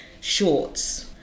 shorts